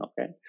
Okay